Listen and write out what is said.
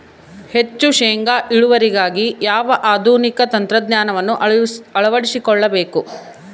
ಹೆಚ್ಚು ಶೇಂಗಾ ಇಳುವರಿಗಾಗಿ ಯಾವ ಆಧುನಿಕ ತಂತ್ರಜ್ಞಾನವನ್ನು ಅಳವಡಿಸಿಕೊಳ್ಳಬೇಕು?